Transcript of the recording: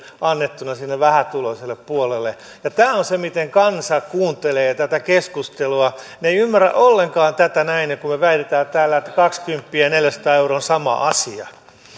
annettuna sinne vähätuloiselle puolelle tämä on se miten kansa kuuntelee tätä keskustelua he eivät ymmärrä ollenkaan tätä näin kun me väitämme täällä että kaksikymppiä ja neljäsataa euroa on sama asia